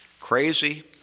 crazy